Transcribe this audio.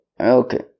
okay